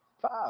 five